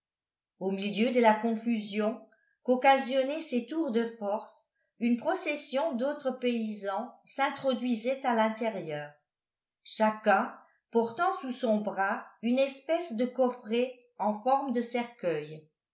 au milieu de la confusion qu'occasionnaient ces tours de force une procession d'autres paysans s'introduisait à l'intérieur chacun portant sous son bras une espèce de coffret en forme de cercueil